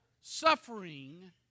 suffering